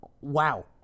Wow